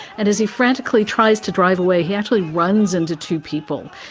and as he frantically tries to drive away, he actually runs into two people.